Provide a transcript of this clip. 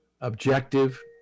objective